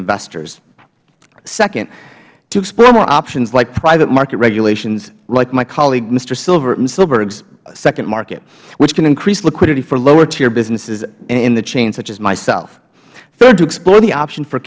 investors second to explore more options like private market regulations like my colleague mr hsilbert's secondmarket which can increase liquidity for lower tier businesses in the chain such as myself third to explore the options for